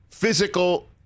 physical